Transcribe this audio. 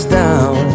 down